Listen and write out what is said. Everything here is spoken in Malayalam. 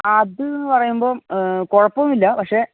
അത് പറയുമ്പം കുഴപ്പമൊന്നുമില്ല പക്ഷെ